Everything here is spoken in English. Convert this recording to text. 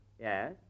Yes